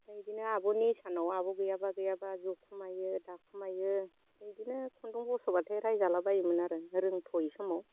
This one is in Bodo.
ओमफ्राय इदिनो आब'नि इसानाव आब' गैयाब्ला गैयाब्ला ज'खुमायो दाखुमायो इदिनो खुन्दुं बस'ब्लाथाय रायजालाबायोमोन आरो रोंथ'यि समाव